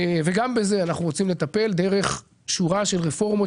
גם בזה אנחנו רוצים לטפל דרך שורה של רפורמות